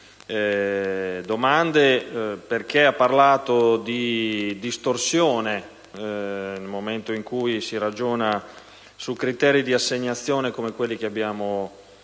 domande, perché ha parlato di distorsione nel momento in cui si ragiona su criteri di assegnazione come quelli che abbiamo citato